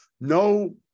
no